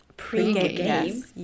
Pre-game